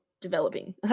developing